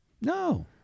No